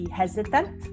hesitant